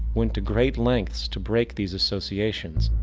went to great lengths to break these associations,